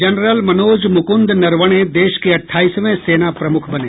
general Manoj Mukund Naravane देश के अट्ठाईसवें सेना प्रमुख बने